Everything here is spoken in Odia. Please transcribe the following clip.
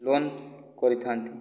ଲୋନ୍ କରିଥାନ୍ତି